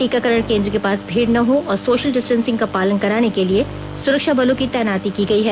टीकाकरण केंद्र के पास भीड़ न हो और सोशल डिस्टेंसिंग का पालन कराने के लिए सुरक्षा बलों की तैनाती की गयी है